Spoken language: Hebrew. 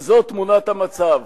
וזו תמונת המצב.